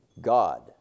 God